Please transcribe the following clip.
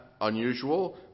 unusual